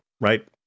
right